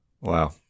Wow